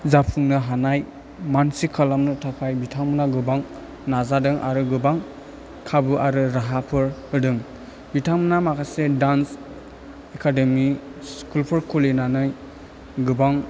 जाफुंनो हानाय मानसि खालामनो थाखाय बिथांमोना गोबां नाजादों आरो गोबां खाबु आरो राहाफोर होदों बिथांमोना माखासे दान्स एकादेमी स्कुलफोर खुलिनानै गोबां